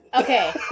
Okay